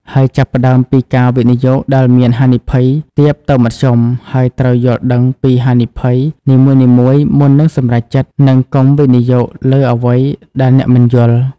ហើយចាប់ផ្តើមពីការវិនិយោគដែលមានហានិភ័យទាបទៅមធ្យម ហើយត្រូវយល់ដឹងពីហានិភ័យនីមួយៗមុននឹងសម្រេចចិត្ត និងកុំវិនិយោគលើអ្វីដែលអ្នកមិនយល់។